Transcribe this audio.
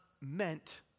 meant